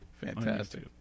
fantastic